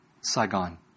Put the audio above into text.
Saigon